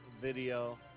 video